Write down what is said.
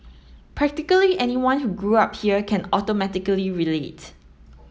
practically anyone who grew up here can automatically relate